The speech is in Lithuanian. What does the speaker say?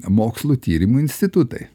mokslų tyrimų institutai